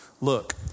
Look